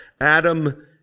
Adam